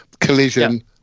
collision